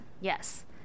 Yes